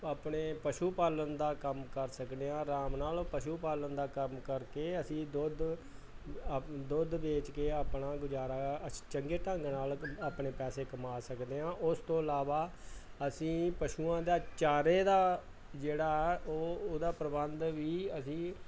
ਆਪਣੇ ਪਸ਼ੂ ਪਾਲਣ ਦਾ ਕੰਮ ਕਰ ਸਕਦੇ ਹਾਂ ਆਰਾਮ ਨਾਲ ਪਸ਼ੂ ਪਾਲਣ ਦਾ ਕੰਮ ਕਰਕੇ ਅਸੀਂ ਦੁੱਧ ਆਪਣਾ ਦੁੱਧ ਵੇਚ ਕੇ ਆਪਣਾ ਗੁਜ਼ਾਰਾ ਅਸੀਂ ਚੰਗੇ ਢੰਗ ਨਾਲ ਆਪਣੇ ਪੈਸੇ ਕਮਾ ਸਕਦੇ ਹਾਂ ਉਸ ਤੋਂ ਇਲਾਵਾ ਅਸੀਂ ਪਸ਼ੂਆਂ ਦੇ ਚਾਰੇ ਦਾ ਜਿਹੜਾ ਉਹ ਉਹਦਾ ਪ੍ਰਬੰਧ ਵੀ ਅਸੀਂ